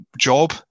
job